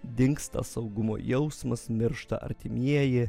dingsta saugumo jausmas miršta artimieji